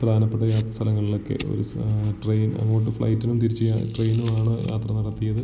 പ്രധാനപ്പെട്ട യാത്രസ്ഥങ്ങളിലൊക്കെ ഒരു ട്രെയിൻ അങ്ങോട്ട് ഫ്ലൈറ്റിനു തിരിച്ച് ട്രെയിനിലുമാണ് യാത്ര നടത്തിയത്